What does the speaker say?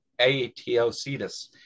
Aetocetus